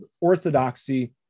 Orthodoxy